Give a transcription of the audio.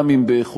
גם אם באיחור,